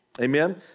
Amen